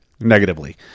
negatively